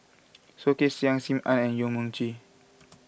Soh Kay Siang Sim Ann Yong Mun Chee